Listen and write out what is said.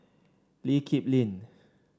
Lee Kip Lin